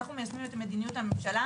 אנחנו מיישמים את מדיניות הממשלה,